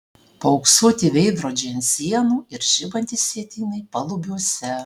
paauksuoti veidrodžiai ant sienų ir žibantys sietynai palubiuose